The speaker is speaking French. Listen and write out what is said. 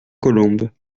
colombes